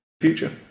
future